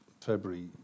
February